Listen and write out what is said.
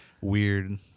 weird